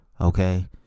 okay